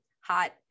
hot